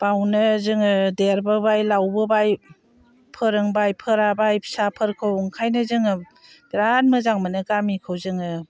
बेयावनो जोङो देरबोबाय लावबोबाय फोरोंबाय फोराबाय फिसाफोरखौ ओंखायनो जोङो बिराद मोजां मोनो गामिखौ जोङो